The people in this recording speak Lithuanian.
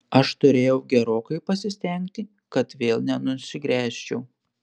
aš turėjau gerokai pasistengti kad vėl nenusigręžčiau